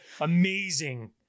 amazing